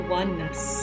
oneness